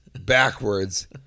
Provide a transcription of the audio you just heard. backwards